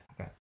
Okay